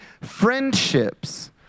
friendships